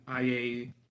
IA